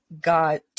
got